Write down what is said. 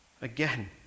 Again